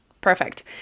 Perfect